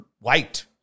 white